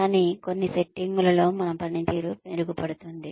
కానీ కొన్ని సెట్టింగులలో మన పనితీరు మెరుగుపడుతుంది